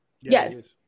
Yes